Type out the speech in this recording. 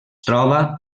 troba